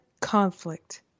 conflict